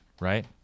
right